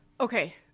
Okay